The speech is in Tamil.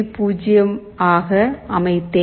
0 ஆக அமைத்தேன்